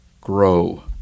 grow